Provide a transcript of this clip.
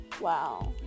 Wow